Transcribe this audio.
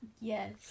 Yes